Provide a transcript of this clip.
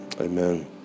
Amen